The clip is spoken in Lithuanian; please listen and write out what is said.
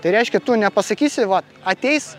tai reiškia tu nepasakysi va ateis